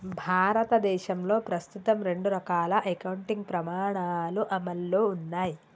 భారతదేశంలో ప్రస్తుతం రెండు రకాల అకౌంటింగ్ ప్రమాణాలు అమల్లో ఉన్నయ్